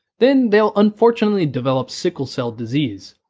then they'll unfortunately develop sickle-cell disease,